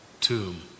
tomb